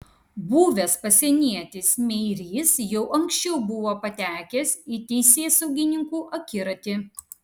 buvęs pasienietis meirys jau anksčiau buvo patekęs į teisėsaugininkų akiratį